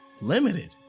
limited